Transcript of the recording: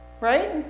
Right